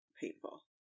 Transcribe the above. painful